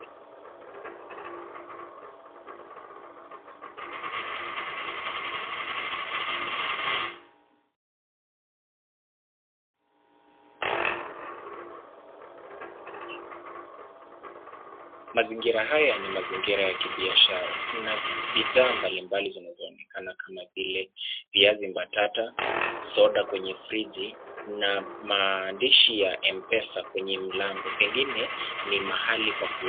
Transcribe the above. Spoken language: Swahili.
Mazingira haya ni mazingira ya kibiashara. Kuna bidhaa mbalimbali zinazo onekana kama vile, viazi mbatata, soda kwenye friji na maandishi ya Mpesa kwenye mlango. Pengine ni mahali pa ku....